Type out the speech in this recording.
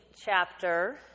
chapter